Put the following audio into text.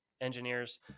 engineers